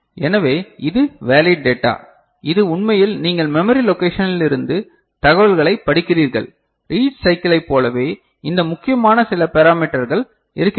எனவே இது valid data இது உண்மையில் நீங்கள் மெமரி லொகேஷனில் இருந்து தகவல்களைப் படிக்கிறீர்கள் ரீட் சைக்கிளைப் போலவே இந்த முக்கியமான சில பெராமீட்டர்கள் இருக்கின்றன